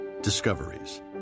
Discoveries